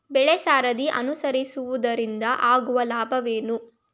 ಬೆಳೆಸರದಿ ಅನುಸರಿಸುವುದರಿಂದ ಆಗುವ ಲಾಭವೇನು?